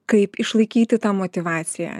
kaip išlaikyti tą motyvaciją